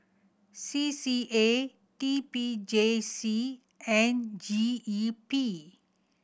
C C A T P J C and G E P